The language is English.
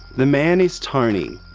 the man is tony.